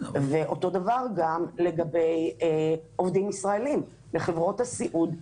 ולכן בני המשפחה יאלצו להתפטר מהעבודה ולהפוך לעני הסיעודי הבא.